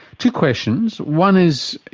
two questions. one is,